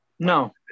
no